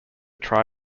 try